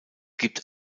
gibt